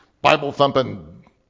Bible-thumping